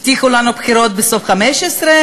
הבטיחו לנו בחירות בסוף 15',